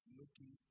looking